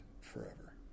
forever